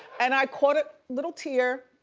and i caught a little tear,